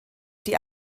die